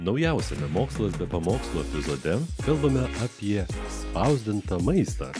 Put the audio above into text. naujausiame mokslas be pamokslų epizode kalbame apie spausdintą maistą